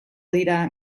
dira